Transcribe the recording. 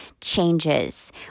changes